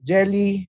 Jelly